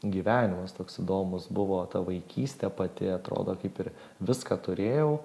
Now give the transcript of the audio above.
gyvenimas toks įdomus buvo ta vaikystė pati atrodo kaip ir viską turėjau